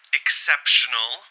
exceptional